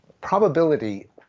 probability